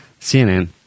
CNN